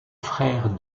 frère